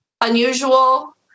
unusual